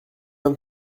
même